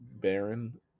Baron